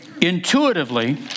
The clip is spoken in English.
intuitively